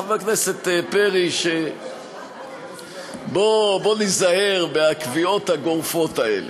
חבר הכנסת פרי: בוא ניזהר מהקביעות הגורפות האלה.